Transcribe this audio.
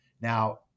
Now